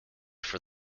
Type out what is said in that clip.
for